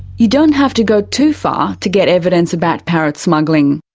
you don't have to go too far to get evidence about parrot smuggling.